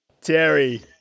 Terry